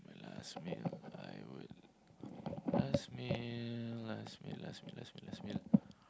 um my last meal I would last meal last meal last meal last meal last meal